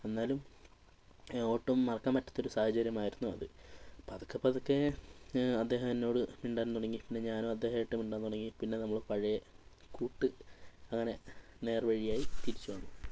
എന്നാലും ഒട്ടും മറക്കാൻ പറ്റാത്തൊരു സാഹചര്യം ആയിരുന്നു അത് പതുക്കെപ്പതുക്കെ അദ്ദേഹം എന്നോട് മിണ്ടാൻ തുടങ്ങി പിന്നെ ഞാനും അദ്ദേഹുമായിട്ട് മിണ്ടാൻ തുടങ്ങി പിന്നെ നമ്മൾ പഴയ കൂട്ട് അങ്ങനെ നേർവഴിയായി തിരിച്ചുവന്നു